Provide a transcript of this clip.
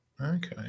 Okay